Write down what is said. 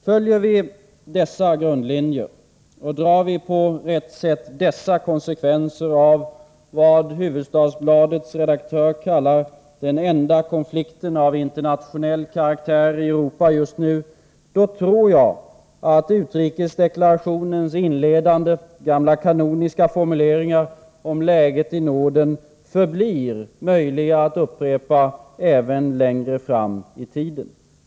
Följer vi dessa grundlinjer och drar vi på rätt sätt dessa konsekvenser av vad Hufvudstadsbladets redaktör kallar ”den enda konflikten av internationell karaktär i Europa just nu”, tror jag att utrikesdeklarationens inledande, gamla kanoniska formuleringar om läget i Norden förblir möjliga att upprepa även längre fram i tiden.